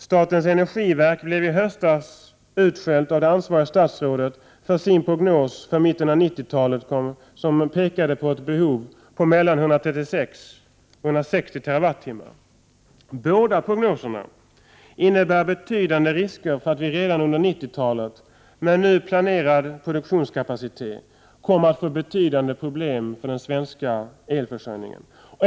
Statens energiverk blev i höstas utskällt av det ansvariga statsrådet för sin prognos för mitten av 1990-talet som pekade på ett behov på mellan 136 och 160 TWh. Båda prognoserna innebär betydande risker för att vi redan under 1990-talet, med nu planerad produktionskapacitet, kommer att få betydande problem med den svenska elförsörjningen.